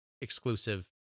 exclusive